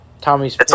Tommy's